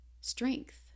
Strength